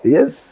Yes